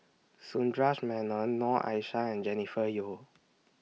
Sundaresh Menon Noor Aishah and Jennifer Yeo